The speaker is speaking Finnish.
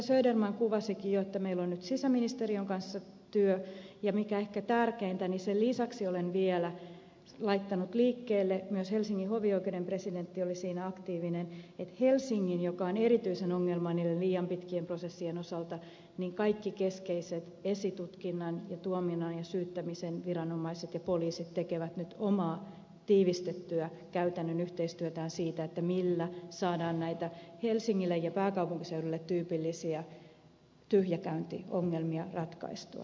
söderman kuvasikin jo että meillä on nyt sisäministeriön kanssa työ ja mikä ehkä tärkeintä niin sen lisäksi olen vielä laittanut liikkeelle sen myös helsingin hovioikeuden presidentti oli siinä aktiivinen että helsingin joka on erityisen ongelmallinen niiden liian pitkien prosessien osalta kaikki keskeiset esitutkinnan ja tuominnan ja syyttämisen viranomaiset ja poliisit tekevät nyt omaa tiivistettyä käytännön yhteistyötään siitä millä saadaan näitä helsingille ja pääkaupunkiseudulle tyypillisiä tyhjäkäyntiongelmia ratkaistua